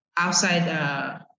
outside